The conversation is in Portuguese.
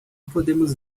podemos